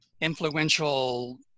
influential